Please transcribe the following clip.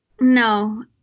no